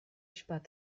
spart